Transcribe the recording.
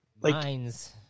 Mines